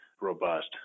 robust